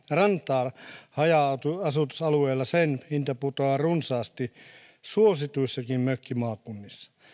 rantaa haja asutusalueella sen hinta putoaa runsaasti suosituissakin mökkimaakunnissa